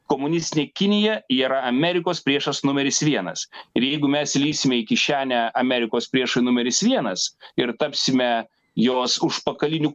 komunistinė kinija yra amerikos priešas numeris vienas ir jeigu mes lįsime į kišenę amerikos priešui numeris vienas ir tapsime jos užpakaliniu